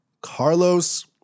Carlos